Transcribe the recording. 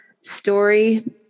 story